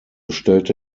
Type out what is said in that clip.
stellte